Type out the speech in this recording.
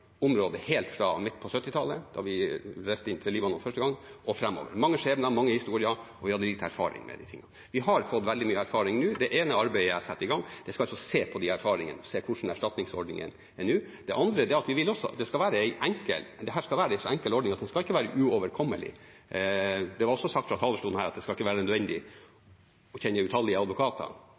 helt fra midten av 1970-tallet, da vi reiste til Libanon første gang, og framover. Det var mange skjebner og mange historier, og vi hadde lite erfaring med dette. Vi har nå fått veldig mye erfaring. Det ene arbeidet jeg har satt i gang, skal se på disse erfaringene og se hvordan erstatningsordningene er nå. Det andre er at vi vil at det skal være en enkel ordning, den skal ikke være uoverkommelig. Det ble sagt fra talerstolen her at det ikke skal være nødvendig å kjenne utallige advokater